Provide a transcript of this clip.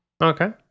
Okay